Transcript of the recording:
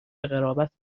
قرابت